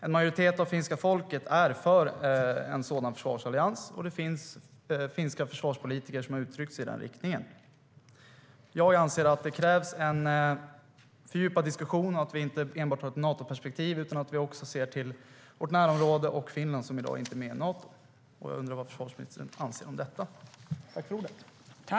En majoritet av finska folket är för en sådan försvarsallians, och det finns finska försvarspolitiker som har uttryckt sig i den riktningen.